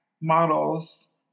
models